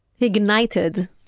ignited